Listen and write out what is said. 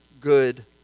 good